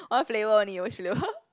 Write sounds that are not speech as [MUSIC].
one flavour only which flavour [LAUGHS]